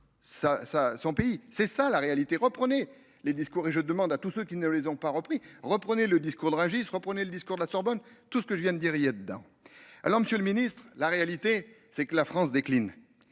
c'est ça la réalité. Reprenez les discours et je demande à tous ceux qui ne les ont pas repris, reprenez le discours de Rungis, reprenez le discours de la Sorbonne. Tout ce que je viens de dire il y a dedans. Alors Monsieur le Ministre, la réalité c'est que la France décline.